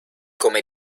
come